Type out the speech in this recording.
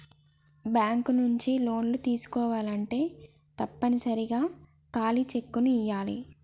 bank నుంచి లోన్లు తీసుకోవాలంటే తప్పనిసరిగా ఖాళీ చెక్కుని ఇయ్యాలే